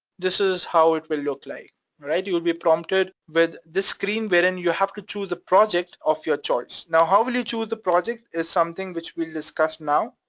this is how it will look like you will be promoted with this screen wherein you have to choose a project of your choice. now, how will you choose a project is something which we'll discuss now.